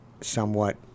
somewhat